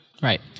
right